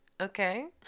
Okay